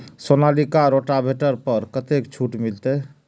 Sonalika rotavator पर कतेक छूट मिलते?